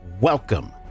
welcome